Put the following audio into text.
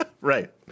Right